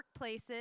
workplaces